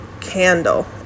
candle